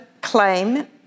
claim